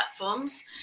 platforms